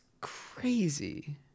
crazy